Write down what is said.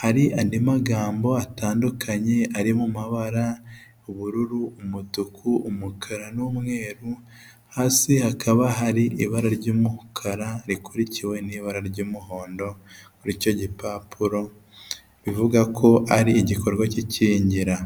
hari andi magambo atandukanye ari mu mabara ubururu, umutuku, umukara n'umweru hasi hakaba hari ibara ry'umukara rikurikiwe n'ibara ry'umuhondo kuri icyo gipapuro bivuga ko ari igikorwa cy'ikingira.